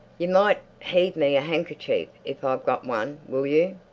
you might heave me a handkerchief if i've got one, will you?